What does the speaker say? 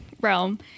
realm